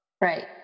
Right